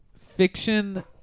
fiction